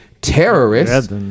terrorists